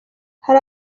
hari